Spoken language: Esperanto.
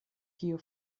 kiu